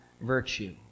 virtue